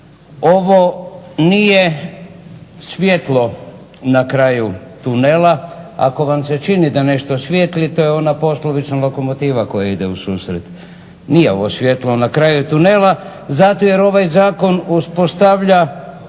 Ovo nije svjetlo na kraju tunela, ako vam se čini da nešto svijetli to je ona poslovična lokomotiva koja ide u susret. Nije ovo svjetlo na kraju tunela, zato jer ovaj zakon uspostavlja